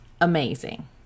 amazing